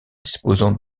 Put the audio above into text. disposant